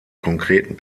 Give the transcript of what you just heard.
konkreten